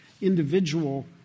individual